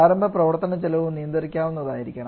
പ്രാരംഭ പ്രവർത്തന ചെലവും നിയന്ത്രിക്കാവുന്നതായിരിക്കണം